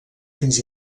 fins